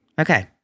Okay